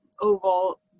oval